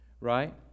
right